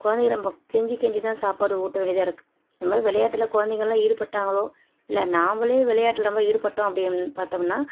கொழந்தைய நம்ம கெஞ்சி கெஞ்சி தான் சாப்பாடு ஊட்ட வேண்டியதாக இருக்குது இந்த மாதிரி விளையாட்டுல கொழந்தைகள்லாம் ஈடுபட்டாலோ இல்லை நாம்மளே விளையாட்டுல ஈடுபட்டோம் அப்படினு பார்த்தோம்னா